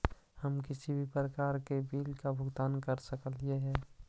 हम किसी भी प्रकार का बिल का भुगतान कर सकली हे?